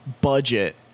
budget